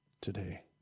today